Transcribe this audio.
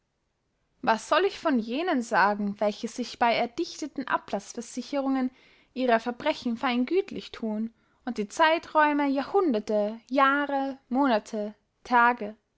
was soll ich von jenen sagen welche sich bey erdichteten ablaßversicherungen ihrer verbrechen fein gütlich thun und die zeiträume jahrhunderte jahre monate tage